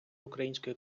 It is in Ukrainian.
української